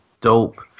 dope